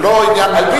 זה לא עניין ממלכתי.